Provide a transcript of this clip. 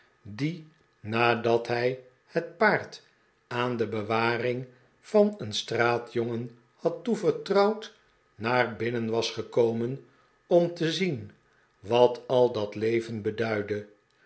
die nadat hij bet paard aan de bewaring van een straatjongen had toevertrouwd naar binnen was gekomen om te zien wat al dat leven beduidde